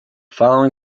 following